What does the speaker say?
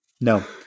No